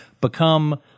become